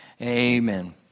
amen